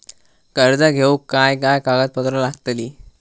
कर्ज घेऊक काय काय कागदपत्र लागतली?